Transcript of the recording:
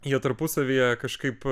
jie tarpusavyje kažkaip